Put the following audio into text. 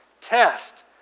test